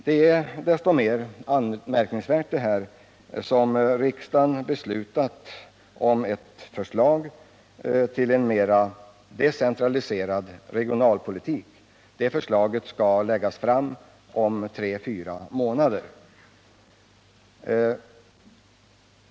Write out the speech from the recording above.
Det är desto mer anmärkningsvärt som riksdagen beslutat om ett förslag till en mera decentraliserad regionalpolitik. Det förslaget skall läggas fram om tre fyra månader.